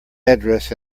address